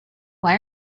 why